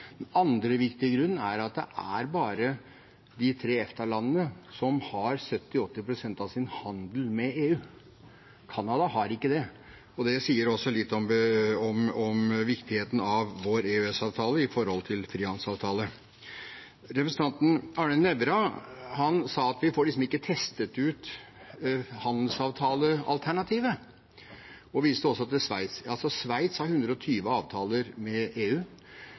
Den andre viktige grunnen er at det er bare de tre EFTA-landene som har 70–80 pst. av sin handel med EU. Canada har ikke det, og det sier også litt om viktigheten av vår EØS-avtale i forhold til en frihandelsavtale. Representanten Arne Nævra sa at vi ikke får testet ut handelsavtalealternativet, og viste også til Sveits. Sveits har altså 120 avtaler med EU.